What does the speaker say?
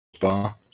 bar